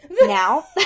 now